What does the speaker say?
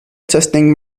testing